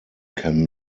can